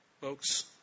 folks